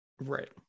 right